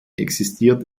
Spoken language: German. existiert